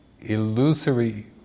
illusory